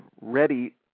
ready